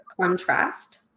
contrast